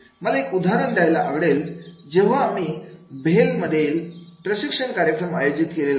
मला एक उदाहरण द्यायला आवडेल जेव्हा आम्ही BHEL मधील प्रशिक्षण कार्यक्रम आयोजित केलेला